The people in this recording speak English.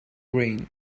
rain